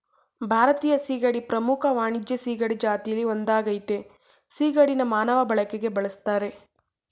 ಭಾರತೀಯ ಸೀಗಡಿ ಪ್ರಮುಖ ವಾಣಿಜ್ಯ ಸೀಗಡಿ ಜಾತಿಲಿ ಒಂದಾಗಯ್ತೆ ಸಿಗಡಿನ ಮಾನವ ಬಳಕೆಗೆ ಬಳುಸ್ತರೆ